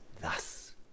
thus